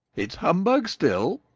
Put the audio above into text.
it's humbug still!